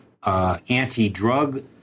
Anti-drug